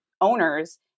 owners